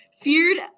Feared